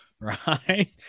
Right